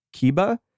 Kiba